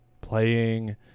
playing